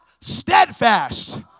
steadfast